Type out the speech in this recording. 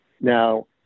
Now